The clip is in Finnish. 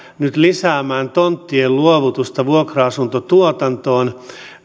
nyt lisäämään tonttien luovutusta vuokra asuntotuotantoon